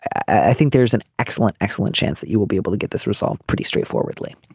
i think there is an excellent excellent chance that you will be able to get this resolved pretty straightforwardly